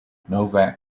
novak